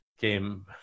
came